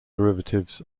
derivatives